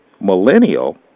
millennial